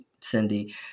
Cindy